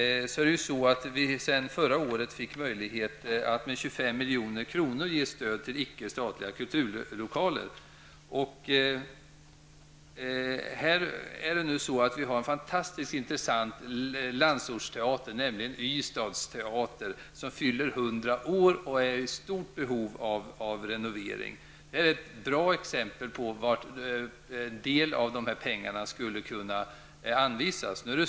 Sedan förra året finns det möjlighet att med 25 miljoner ge stöd till icke statliga kulturlokaler. Vi har här en fantastiskt intressant landsortsteater, Ystads teater, som fyller 100 år och är i stort behov av renovering. Detta är ett bra exempel på vart en del av dessa pengar skulle kunna anvisas.